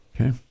Okay